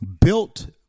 built